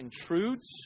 intrudes